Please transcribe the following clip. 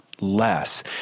less